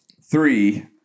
three